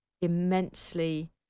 immensely